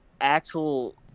actual